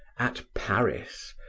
at paris,